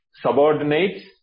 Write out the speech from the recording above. subordinates